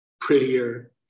prettier